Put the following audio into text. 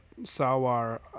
Sawar